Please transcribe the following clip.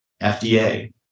fda